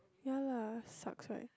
ya man sucks right